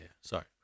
Sorry